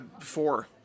Four